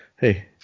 hey